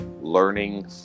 learning